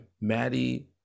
Maddie